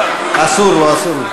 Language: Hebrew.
אסור לו, אסור לו.